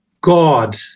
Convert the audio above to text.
God